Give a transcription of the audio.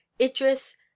Idris